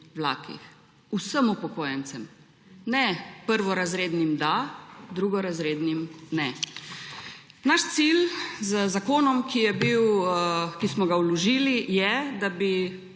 vlakih. Vsem upokojencem, ne prvorazrednim – da, drugorazrednim – ne. Naš cilj z zakonom, ki smo ga vložili, je, da bi